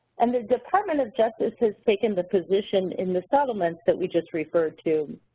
and the department of justice has taken the position in the settlements that we just referred to